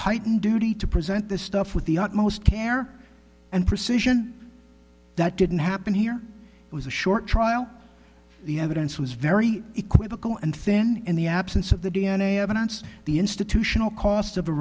heightened duty to present this stuff with the utmost care and precision that didn't happen here it was a short trial the evidence was very equivocal and thin in the absence of the d n a evidence the institutional cost of a